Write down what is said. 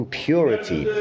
purity